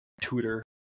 tutor